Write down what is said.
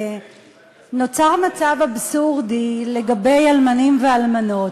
נוצר מצב אבסורדי לגבי אלמנים ואלמנות,